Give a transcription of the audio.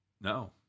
No